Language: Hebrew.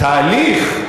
התהליך?